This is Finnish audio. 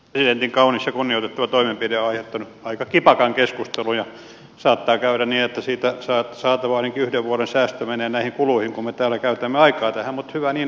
presidentin kaunis ja kunnioitettava toimenpide on aiheuttanut aika kipakan keskustelun ja saattaa käydä niin että siitä saatava ainakin yhden vuoden säästö menee näihin kuluihin kun me täällä käytämme aikaa tähän mutta hyvä niin että keskustellaan